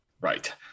right